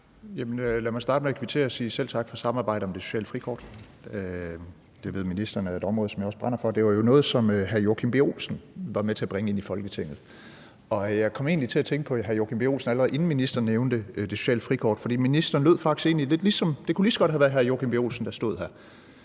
Lad mig starte med at kvittere ved at sige selv tak for samarbejdet om det sociale frikort. Det ved ministeren er et område, jeg også brænder for. Det var i øvrigt noget, som hr. Joachim B. Olsen var med til at bringe ind i Folketinget. Jeg kom egentlig til at tænke på hr. Joachim B. Olsen, allerede inden ministeren nævnte det sociale frikort, for det lød faktisk sådan på ministeren, at det lige så godt kunne have været hr. Joachim B. Olsen, der stod der,